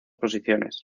posiciones